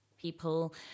people